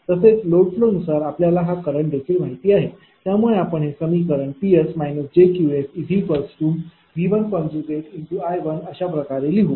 तसेच लोड फ्लोनुसार आपल्याला हा करंट देखील माहिती आहे त्यामुळे आपण हे समीकरण Ps jQsV1I1अशाप्रकारे लिहू